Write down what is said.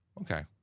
Okay